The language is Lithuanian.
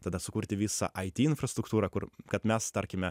tada sukurti visą it infrastruktūrą kur kad mes tarkime